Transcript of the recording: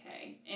okay